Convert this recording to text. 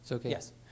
Yes